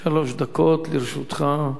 שלוש דקות לרשותך.